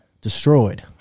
Destroyed